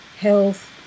health